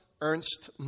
ernst